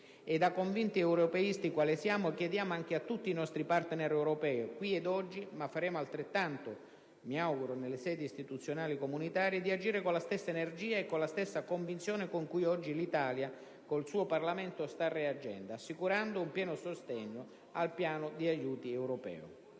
Da convinti europeisti quali siamo chiediamo anche a tutti i nostri partner europei, qui ed oggi - ma faremo altrettanto, mi auguro, anche nelle sedi istituzionali comunitarie - di agire con la stessa energia e con la stessa convinzione con cui oggi l'Italia, con il suo Parlamento, sta reagendo, assicurando un pieno sostegno al piano di aiuti europeo.